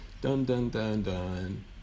Dun-dun-dun-dun